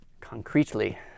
Concretely